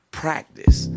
practice